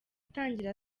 itangira